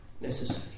necessary